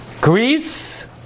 Greece